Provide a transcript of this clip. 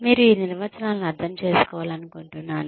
మీరు ఈ నిర్వచనాలను అర్థం చేసుకోవాలనుకుంటున్నాను